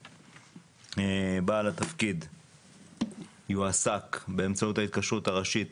בעל התפקיד יועסק באמצעות ההתקשרות הראשית